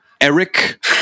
Eric